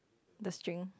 the string